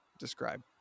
Describe